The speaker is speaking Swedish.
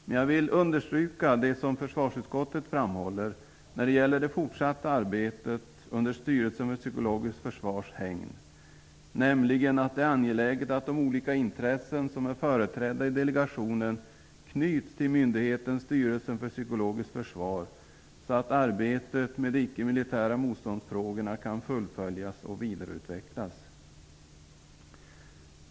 Men jag vill understryka vad försvarsutskottet framhåller när det gäller det fortsatta arbetet under Styrelsen för psykologiskt försvars hägn, nämligen att det är angeläget att de olika intressen som är företrädda i delegationen knyts till myndigheten Styrelsen för psykologiskt försvar så att arbetet med de ickemilitära motståndsfrågorna kan fullföljas och vidareutvecklas.